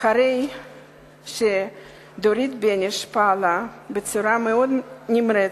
לאחר שדורית בייניש פעלה בצורה מאוד נמרצת,